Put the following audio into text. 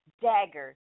dagger